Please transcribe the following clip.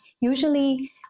Usually